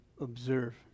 observe